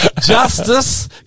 Justice